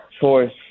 choice